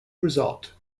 result